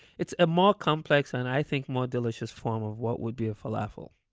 it's a more complex and i think more delicious form of what would be a falafel.